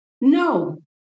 No